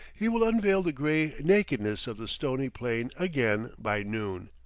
he will unveil the gray nakedness of the stony plain again by noon.